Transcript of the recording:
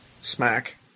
smack